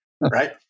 right